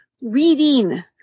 reading